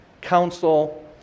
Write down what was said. Council